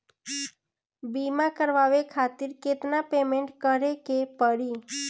बीमा करावे खातिर केतना पेमेंट करे के पड़ी?